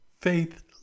faith